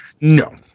no